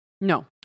No